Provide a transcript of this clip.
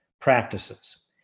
practices